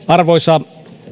arvoisa